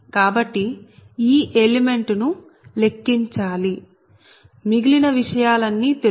కాబట్టి ఈ ఎలిమెంట్ కు లెక్కించాలి మిగిలిన విషయాలన్నీ తెలుసు